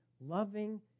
loving